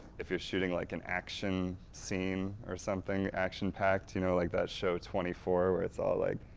if you are shooting like an action scene or something, action pact you know like that show twenty four, where it's all like,